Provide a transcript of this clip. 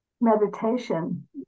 meditation